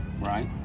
Right